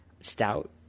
Stout